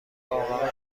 واقعا